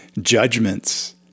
judgments